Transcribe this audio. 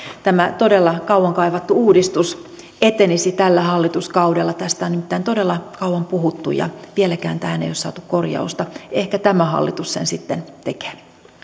tämä todella kauan kaivattu uudistus etenisi tällä hallituskaudella tästä on nimittäin todella kauan puhuttu ja vieläkään tähän ei ole saatu korjausta ehkä tämä hallitus sen sitten tekee